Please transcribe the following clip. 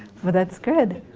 well, that's good.